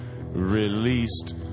released